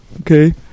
okay